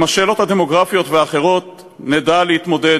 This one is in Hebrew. עם השאלות הדמוגרפיות והאחרות נדע להתמודד.